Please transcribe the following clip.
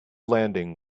landing